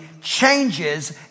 changes